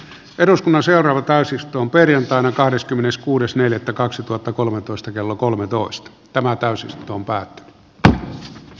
eduskunnan seuraava täysistun perjantaina kahdeskymmeneskuudes neljättä kaksituhattakolmetoista kello kolmetoista tämä täysistunto päätti menestystä aloitteelle